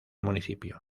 municipio